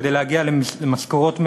כדי להגיע למשכורות מלאות,